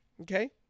Okay